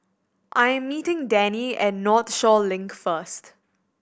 I'm meeting Dani at Northshore Link first